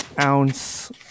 ounce